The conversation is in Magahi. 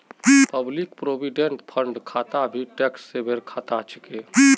पब्लिक प्रोविडेंट फण्ड खाता भी टैक्स सेवर खाता छिके